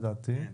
לדעתי.